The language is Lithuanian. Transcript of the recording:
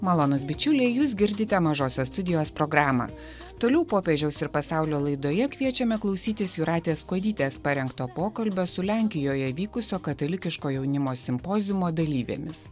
malonūs bičiuliai jūs girdite mažosios studijos programą toliau popiežiaus ir pasaulio laidoje kviečiame klausytis jūratės kuodytės parengto pokalbio su lenkijoje vykusio katalikiško jaunimo simpoziumo dalyvėmis